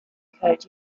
code